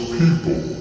people